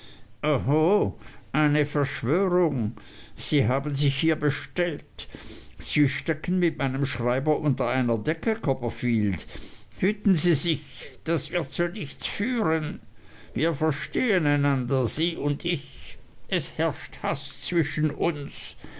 eine verschwörung sie haben sich hier bestellt sie stecken mit meinem schreiber unter einer decke copperfield hüten sie sich das wird zu nichts führen wir verstehen einander sie und ich es herrscht haß zwischen uns